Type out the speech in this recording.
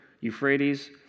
Euphrates